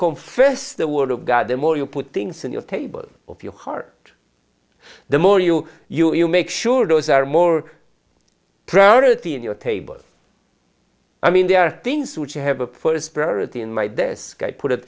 confess the word of god the more you put things in your table of your heart the more you you you make sure those are more priority in your table i mean there are things which you have a put asperity in my desk i put it